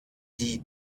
die